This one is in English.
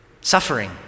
suffering